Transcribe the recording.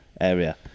area